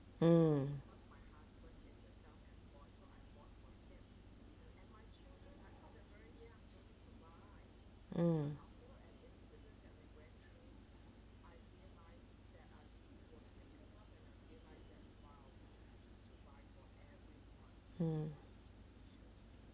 mm mm